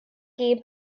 gêm